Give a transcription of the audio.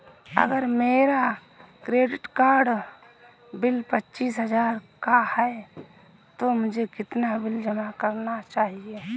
अगर मेरा credit card bill पच्चीस हजार का है तो मुझे कितना बिल जमा करना चाहिए?